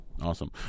Awesome